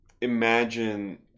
imagine